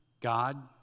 God